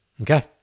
Okay